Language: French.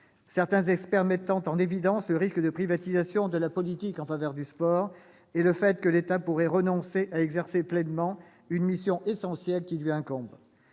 certains experts mettant en évidence le risque de privatisation de la politique en faveur du sport et le fait que l'État pourrait renoncer à exercer pleinement une mission essentielle qui lui incombe.